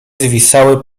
zwisały